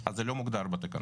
אז זה לא מוגדר בתקנות,